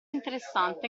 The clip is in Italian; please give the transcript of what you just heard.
interessante